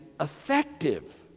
effective